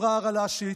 אמרה הרל"שית,